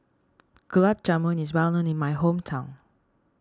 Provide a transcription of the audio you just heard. Gulab Jamun is well known in my hometown